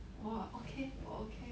我 okay 我 okay